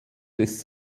des